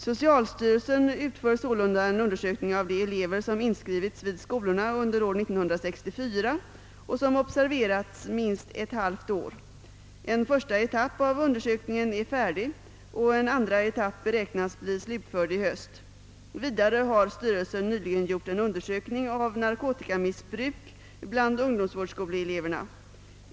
Socialstyrelsen utför sålunda en undersökning av de elever som inskrivits vid skolorna under år 1964 och som observerats minst ett halvt år. En första etapp av undersökningen är färdig, och en andra etapp beräknas bli slutförd i höst. Vidare har styrelsen nyligen gjort en undersökning av narkotikamissbruk bland ungdomsvårdsskoleeleverna.